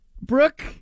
Brooke